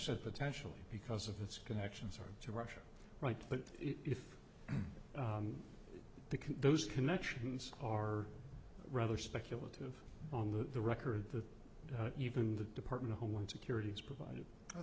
said potentially because of its connections to russia right but if they can those connections are rather speculative on the the record that even the department of homeland security has provided i